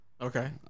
Okay